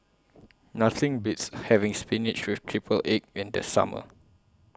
Nothing Beats having Spinach with Triple Egg in The Summer